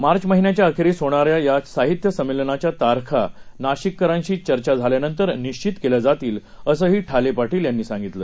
मार्च महिन्याच्या अखेरीस होणाऱ्या या साहित्य संमेलनाच्या तारखा नाशिककरांशी चर्चा झाल्यानंतर निश्चित केल्या जातील असंही ठाले पाटील यांनी सांगितलं